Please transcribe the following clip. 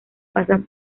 pasan